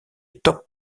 top